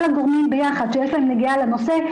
כל הגורמים ביחד שיש להם נגיעה לנושא,